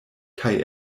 kaj